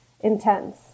intense